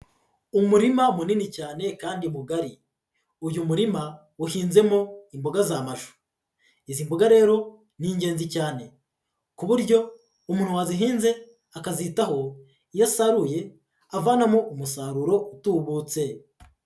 Umurima munini cyane kandi mugari, uyu murima uhinzemo imboga z'amashu, izi mboga rero ni ingenzi cyane ku buryo umuntu wazihinze akazitaho, iyo asaruye avanamo umusaruro utubutse.